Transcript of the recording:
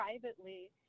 privately